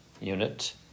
unit